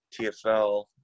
tfl